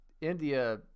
India